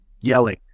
yelling